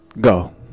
Go